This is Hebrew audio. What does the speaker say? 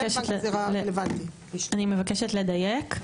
אני מבקשת לדייק.